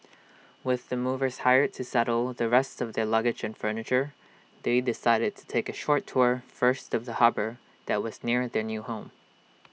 with the movers hired to settle the rest of their luggage and furniture they decided to take A short tour first of the harbour that was near their new home